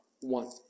one